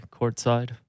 courtside